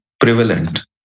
prevalent